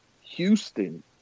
Houston